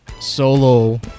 solo